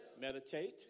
meditate